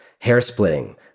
hair-splitting